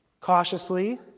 cautiously